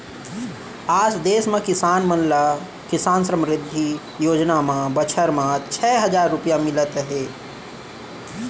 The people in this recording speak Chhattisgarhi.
आज देस म किसान मन ल किसान समृद्धि योजना म बछर म छै हजार रूपिया मिलत हे